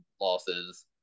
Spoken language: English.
losses